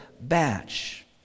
batch